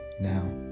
now